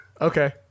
Okay